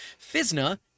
FISNA